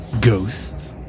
Ghosts